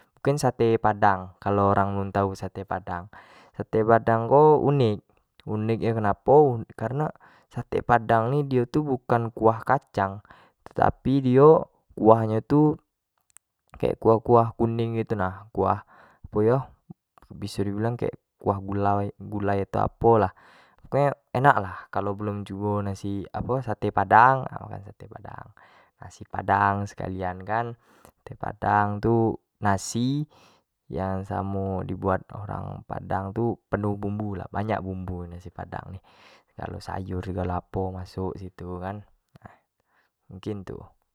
Mungkin sate padang, kalau orang belum tau sate padang, sate padang ko unik, unik nyo kenapo kareno sate padang ni dio bukan kuah kacang tetapi dio kuah nyo tu kayak kuah-kuah kuning gitu nah, kuah apo yo biso di bilang kayak kuah gulai, atau apo lah kayak nyo enak lah, kalau missal nyo belum cubo sate padang ha makan sate padang, nasi padang sekalian kan, nasi padang tu nasi yang di buat samo orang padang tu penuh bumbu lah banyak bumbu kalau nasi padang tu, segalo sayur segalo apo masuk itu kan, mungkin itu.